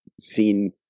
seen